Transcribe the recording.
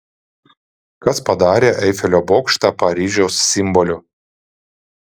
kas padarė eifelio bokštą paryžiaus simboliu